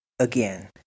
again